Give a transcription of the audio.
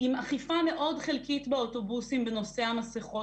עם אכיפה מאוד חלקית באוטובוסים בנושא המסכות,